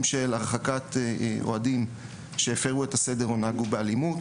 של הרחקת אוהדים שהפרו את הסדר או נהגו באלימות,